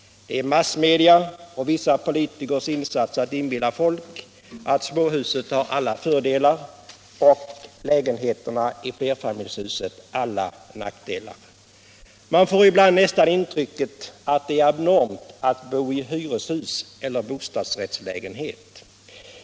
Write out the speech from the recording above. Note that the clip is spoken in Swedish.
Det är massmedia och vissa politiker som gjort insatsen att inbilla folk att småhuset har alla fördelar och lägenheterna i flerfamiljshuset alla nackdelar. Man får ibland nästan intrycket att det är abnormt att bo i hyreshus eller bostadsrättslägenhet.